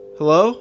Hello